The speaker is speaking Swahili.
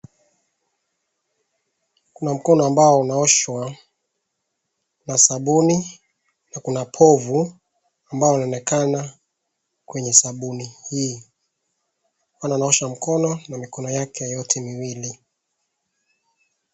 Kuna mkono ambao unaoshwa na sabuni na kuna povu ambayo inaonekana kwenye sabuni hii. Naona anaosha mkono na mikono yake yote miwili.